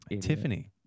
Tiffany